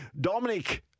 Dominic